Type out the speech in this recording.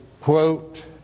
quote